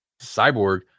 cyborg